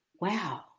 wow